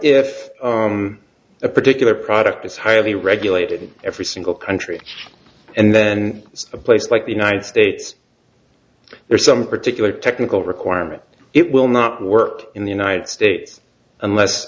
if a particular product is highly regulated every single country and then it's a place like the united states there's some particular technical requirement it will not work in the united states unless